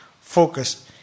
focus